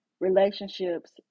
relationships